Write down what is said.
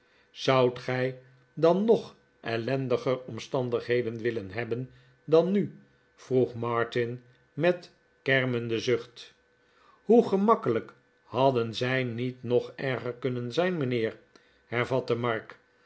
zoudt gij dan nog ellendiger omstandigheden willen hebben dan nu vroeg martin met een kermenden zucht r hoe gemakkelijk hadden zij niet nog erger kunnen zijn mijnheer hervatte mark